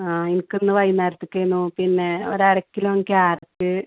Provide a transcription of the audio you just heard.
ആ എനിക്കൊന്ന് വൈകുന്നേരത്തേക്ക് നോക്കീന്നെ ഒരു അരക്കിലൊം ക്യാരറ്റ്